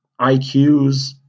IQs